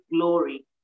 glory